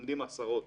עומדים עשרות